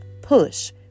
Push